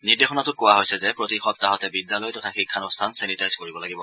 নিৰ্দেশনাটোত কোৱা হৈছে যে প্ৰতি সপ্তাহতে বিদ্যালয় তথা শিক্ষানুঠান ছেনিটাইজ কৰিব লাগিব